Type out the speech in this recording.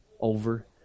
over